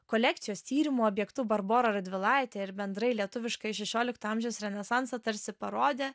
kolekcijos tyrimo objektu barborą radvilaitę ir bendrai lietuviškai šešiolikto amžiaus renesansą tarsi parodė